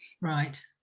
Right